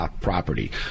property